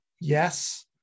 Yes